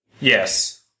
Yes